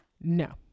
no